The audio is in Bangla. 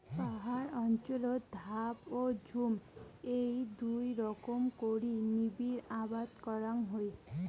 পাহাড় অঞ্চলত ধাপ ও ঝুম এ্যাই দুই রকম করি নিবিড় আবাদ করাং হই